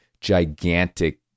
gigantic